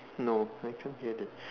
no I can't hear that